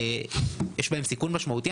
יש בהם סיכון משמעותי.